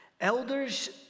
Elders